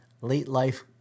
late-life